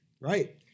Right